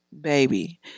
baby